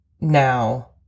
now